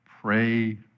Pray